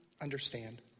understand